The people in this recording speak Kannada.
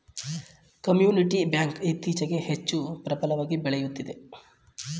ಕಮ್ಯುನಿಟಿ ಬ್ಯಾಂಕ್ ಇತ್ತೀಚೆಗೆ ಹೆಚ್ಚು ಪ್ರಬಲವಾಗಿ ಬೆಳೆಯುತ್ತಿದೆ